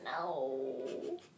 No